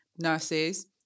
nurses